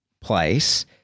place